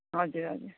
हजुर हजुर